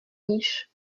niches